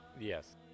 Yes